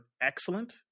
excellent